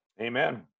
Amen